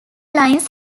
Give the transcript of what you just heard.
lines